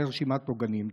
לרשימת עוגנים.